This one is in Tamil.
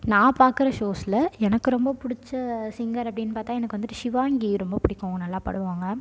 நான் பார்க்கற ஷோஸில் எனக்கு ரொம்ப பிடிச்ச சிங்கர் அப்படின்னு பார்த்தா எனக்கு வந்துவிட்டு ஷிவாங்கி ரொம்ப பிடிக்கும் நல்லா பாடுவாங்க